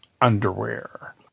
underwear